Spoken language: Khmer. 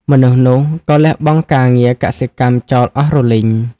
មនុស្សនោះក៏លះបង់ការងារកសិកម្មចោលអស់រលីង ។